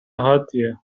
حادیه